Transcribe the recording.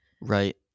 right